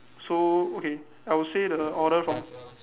so okay I will say the order from